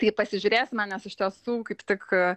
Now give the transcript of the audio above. taip pasižiūrėsime nes iš tiesų kaip tik